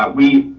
ah we